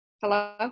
Hello